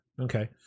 Okay